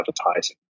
advertising